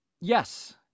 yes